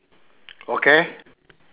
okay